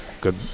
good